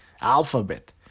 alphabet